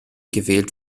gewählt